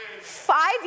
five